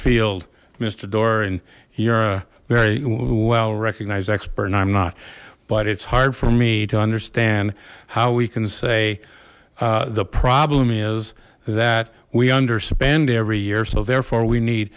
field mister doar and you're a very well recognized expert and i'm not but it's hard for me to understand how we can say the problem is that we understand every year so therefore we need